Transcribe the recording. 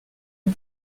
est